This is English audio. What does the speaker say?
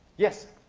yes?